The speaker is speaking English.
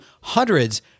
hundreds